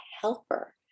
helper